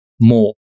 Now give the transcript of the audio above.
more